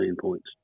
points